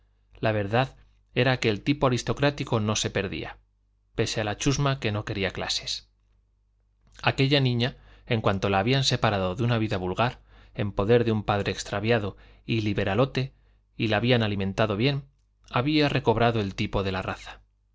la verdad era que el tipo aristocrático no se perdía pese a la chusma que no quiere clases aquella niña en cuanto la habían separado de una vida vulgar en poder de un padre extraviado y liberalote y la habían alimentado bien había recobrado el tipo de la raza